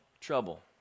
trouble